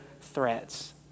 threats